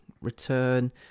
return